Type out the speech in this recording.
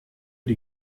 die